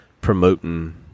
promoting